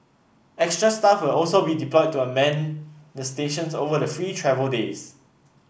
extra staff will also be deployed to a man the stations over the free travel days